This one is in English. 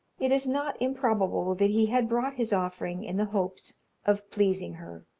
it is not improbable that he had brought his offering in the hopes of pleasing her.